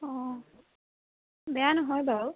অঁ বেয়া নহয় বাৰু